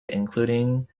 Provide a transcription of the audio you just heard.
including